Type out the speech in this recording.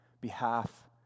behalf